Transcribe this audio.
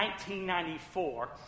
1994